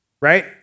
right